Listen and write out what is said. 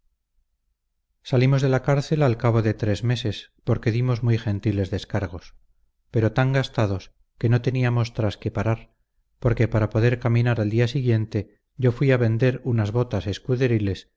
salimos de la cárcel al cabo de tres meses porque dimos muy gentiles descargos pero tan gastados que no teníamos tras que parar porque para poder caminar al día siguiente yo fui a vender unas botas escuderiles